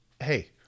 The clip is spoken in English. hey